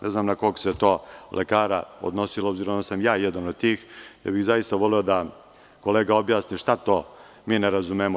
Ne znam na koga se to lekara odnosilo, obzirom da sam ja jedan od tih, zaista bih voleo da kolega objasni šta to mi ne razumemo.